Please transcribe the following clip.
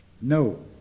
No